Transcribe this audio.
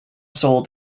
sold